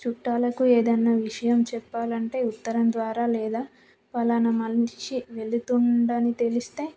చుట్టాలకు ఏదన్న విషయం చెప్పాలంటే ఉత్తరం ద్వారా లేదా ఫలానా మనిషి వెళుతుంది అని తెలిస్తే